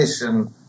mission